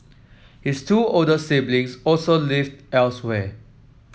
his two older siblings also live elsewhere